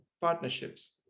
partnerships